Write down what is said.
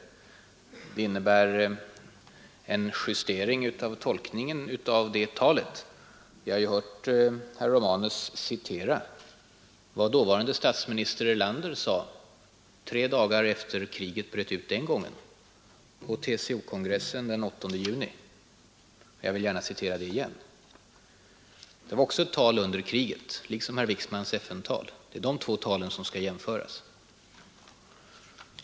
Det innebär en justering av tolkningen av det talet. Vi har ju hört herr Romanus citera vad dåvarande statsminister Erlander sade, tre dagar efter det att kriget bröt ut den gången, på TCO-kongressen den 8 juni. Jag vill gärna citera det igen. Det var också ett tal under kriget, liksom herr Wickmans FN-tal. Det är dessa båda tal som skall jämföras.